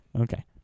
Okay